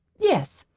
yes.